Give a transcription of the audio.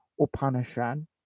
Upanishad